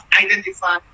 identify